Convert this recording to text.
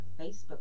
facebook